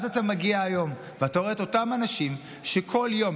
אז אתה מגיע היום ואתה רואה את אותם אנשים שכל יום,